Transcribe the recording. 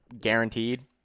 guaranteed